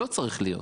לא צריך להיות.